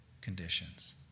conditions